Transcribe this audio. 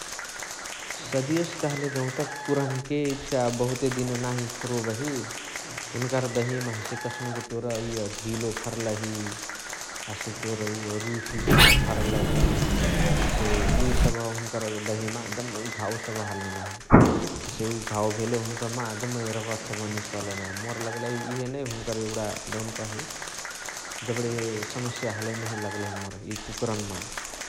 सदियोसे कहले जौत कुकुराहन्के इचिका बहुते दिन नाही खोरोबही । हुनुकर दहिमा हसे कस्नुका तोर इअ ढिलो फर्लही हसे तोर उअ रुशी सबह फर्लही । हसे उहे सबह हुनुकर दहिमा जम्मै घाउ सबह हलही नाही । हसे उ घाउ भेले हुन्कमा जम्मै रगत सबह सबह निस्कलही नाही । मोर लगलही इहे नै हुन्करा एगुणा देउनकही जबणे समस्याअ हलइ नहिय लगलही मोर इअ कुकुरनमा ।